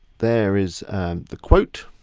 there is the quote.